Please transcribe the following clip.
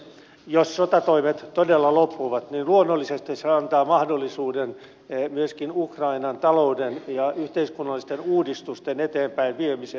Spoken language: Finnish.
jos sotatoimet todella loppuvat niin luonnollisesti se antaa mahdollisuuden myöskin ukrainan talouden ja yhteiskunnallisten uudistusten eteenpäinviemiseen